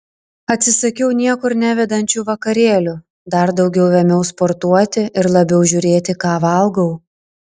atsisakiau niekur nevedančių vakarėlių dar daugiau ėmiau sportuoti ir labiau žiūrėti ką valgau